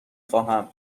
خواهم